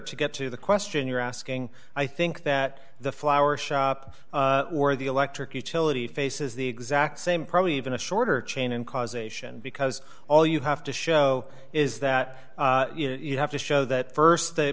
to get to the question you're asking i think that the flower shop or the electric utility faces the exact same probably even a shorter chain and causation because all you have to show is that you have to show that st th